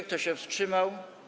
Kto się wstrzymał?